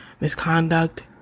misconduct